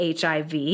HIV